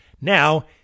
Now